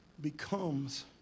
becomes